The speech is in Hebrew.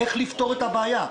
איך לפתור את הבעיה.